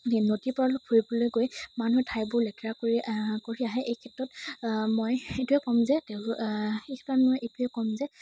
নদীৰ পাৰ ফুৰিবলৈ গৈ মানুহে ঠাইবোৰ লেতেৰা কৰি আহে এই ক্ষেত্ৰত মই এইটোৱে ক'ম যে তেওঁ সেই কাৰণে মই এইটোৱে ক'ম যে